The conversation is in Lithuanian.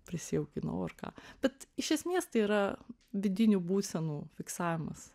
prisijaukinau ar ką bet iš esmės tai yra vidinių būsenų fiksavimas